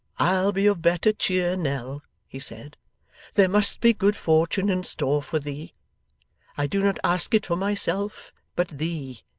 i'll be of better cheer, nell he said there must be good fortune in store for thee i do not ask it for myself, but thee.